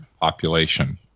population